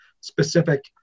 specific